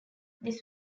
this